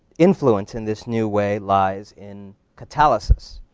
influence in this new way lies in catalysis.